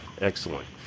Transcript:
excellent